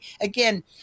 again